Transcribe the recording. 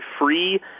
free